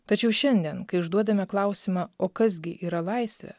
tačiau šiandien kai užduodame klausimą o kas gi yra laisvė